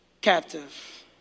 captive